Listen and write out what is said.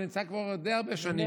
אני נמצא כבר די הרבה שנים.